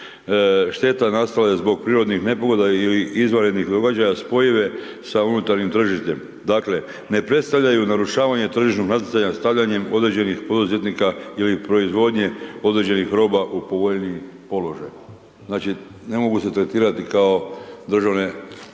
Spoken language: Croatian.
šteta nastale zbog prirodnih nepogoda ili izvanrednih događaja spojive sa unutarnjim tržištem. Dakle ne predstavljaju narušavanje tržišnog natjecanja stavljanjem određenih poduzetnika ili proizvodnje određenih roba u povoljniji položaj. Znači ne mogu se tretirati kao državne potpore.